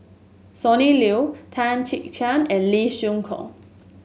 Sonny Liu Tan Chia Chiak and Lee Siew Choh